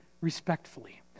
respectfully